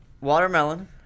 Watermelon